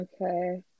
Okay